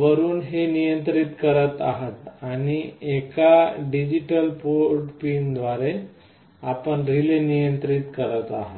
वरून हे नियंत्रित करीत आहात आणि एका डिजिटल पोर्ट पिन द्वारे आपण रिले नियंत्रित करत आहात